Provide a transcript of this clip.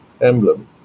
emblem